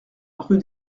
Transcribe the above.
rue